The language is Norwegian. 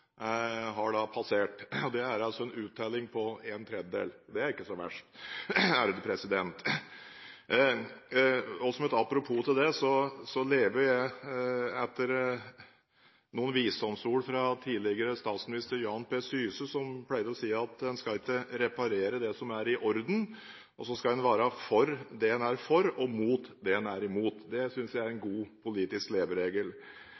og to av dem har passert. Det er altså en uttelling på én tredjedel, og det er vel ikke så verst? Som et apropos til det, så lever jeg etter noen visdomsord fra tidligere statsminister Jan P. Syse: Han pleide å si at en skal ikke reparere det som er i orden, og at en skal være for det en er for og imot det en er imot! Det synes jeg er en god politisk leveregel.